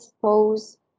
pose